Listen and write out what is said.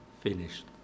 finished